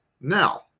Now